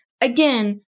Again